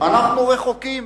אנחנו רחוקים.